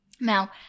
Now